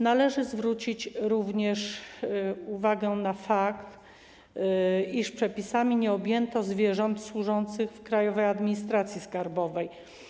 Należy zwrócić również uwagę na fakt, iż przepisami nie objęto zwierząt służących w Krajowej Administracji Skarbowej.